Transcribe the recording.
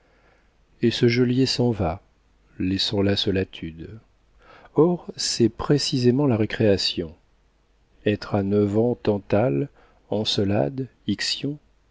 et ce geôlier s'en va laissant là ce latude or c'est précisément la récréation être à neuf ans tantale encelade